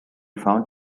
found